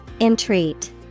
Entreat